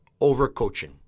Overcoaching